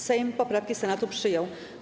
Sejm poprawki Senatu przyjął.